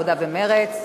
העבודה ומרצ.